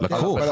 לקחו.